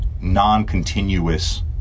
non-continuous